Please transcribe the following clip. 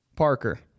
Parker